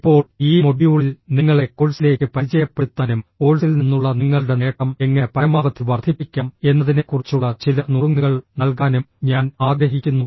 ഇപ്പോൾ ഈ മൊഡ്യൂളിൽ നിങ്ങളെ കോഴ്സിലേക്ക് പരിചയപ്പെടുത്താനും കോഴ്സിൽ നിന്നുള്ള നിങ്ങളുടെ നേട്ടം എങ്ങനെ പരമാവധി വർദ്ധിപ്പിക്കാം എന്നതിനെക്കുറിച്ചുള്ള ചില നുറുങ്ങുകൾ നൽകാനും ഞാൻ ആഗ്രഹിക്കുന്നു